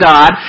God